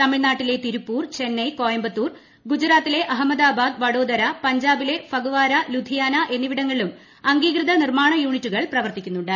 തമിഴ്നാട്ടിലെ തിരുപ്പൂർ ചെന്നൈ കോയമ്പത്തൂർ ഗുജറാത്തിലെ അഹമ്മദാബാദ് വഡോദര പഞ്ചാബിലെ ഫഗ്വാര ലുധിയാന എന്നിവിടങ്ങളിലും അംഗീകൃത നിർമ്മാണ യൂണിറ്റുകൾ പ്രവർത്തിക്കുന്നുണ്ട്